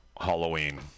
Halloween